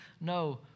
no